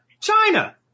China